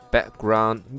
Background